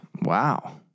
Wow